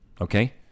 okay